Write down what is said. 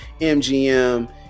MGM